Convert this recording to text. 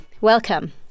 Welcome